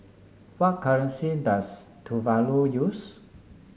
what currency does Tuvalu use